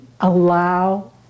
allow